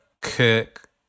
Kirk